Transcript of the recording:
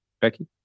Becky